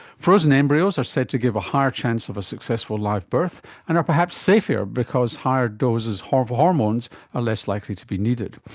frozen embryos are said to give a higher chance of a successful live birth and are perhaps safer because higher doses of hormones are less likely to be needed.